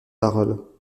paroles